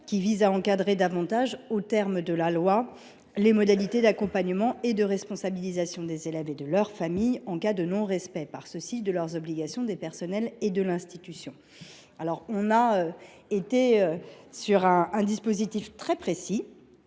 vise donc à encadrer davantage, sur le plan légal, les modalités d’accompagnement et de responsabilisation des élèves et de leur famille, en cas de non respect par ceux ci de leurs obligations, des personnels et de l’institution. Nous avons prévu un dispositif très précis,